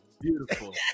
Beautiful